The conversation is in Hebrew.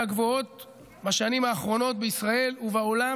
הגבוהות בשנים האחרונות בישראל ובעולם,